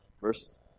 verse